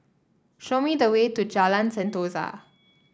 show me the way to Jalan Sentosa